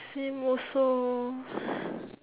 same also